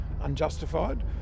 unjustified